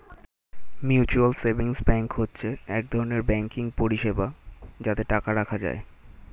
mutual savings bank হচ্ছে এক ধরনের ব্যাঙ্কিং পরিষেবা যাতে টাকা রাখা যায়